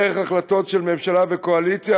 דרך החלטות של ממשלה וקואליציה,